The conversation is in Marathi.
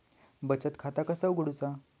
बचत खाता कसा उघडूचा?